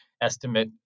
estimate